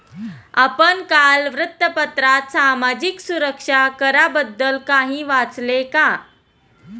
आपण काल वृत्तपत्रात सामाजिक सुरक्षा कराबद्दल काही वाचले का?